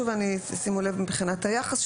שימו לב מבחינת היחס,